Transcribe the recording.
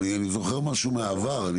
אני זוכר משהו מהעבר.